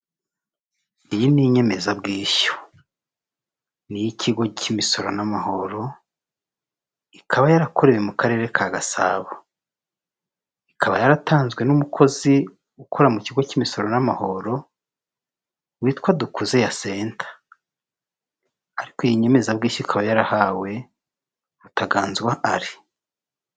Niba ufite indoto zo gukorera ibirori n'ibitaramo ahantu heza rwose ndakuragira hiritopu hoteli, iherereye mu giporoso ntabwo ari kure, ugera i Remera ukaba urahageze bagane bagufashe.